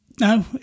no